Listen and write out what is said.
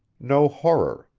no horror,